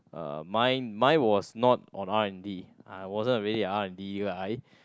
uh mine mine was not on R_N_D I wasn't a really R_N_D guy